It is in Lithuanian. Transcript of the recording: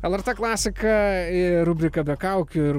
lrt klasika ir rubrika be kaukių ir